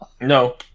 No